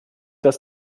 das